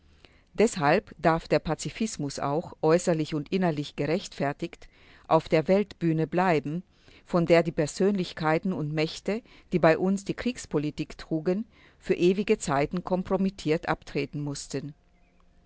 deshalb darf der pazifismus auch äußerlich und innerlich gerechtfertigt auf der weltbühne bleiben von der die persönlichkeiten und mächte die bei uns die kriegspolitik trugen für ewige zeiten kompromittiert abtreten mußten